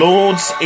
Lord's